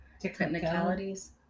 Technicalities